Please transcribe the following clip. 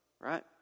right